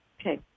Okay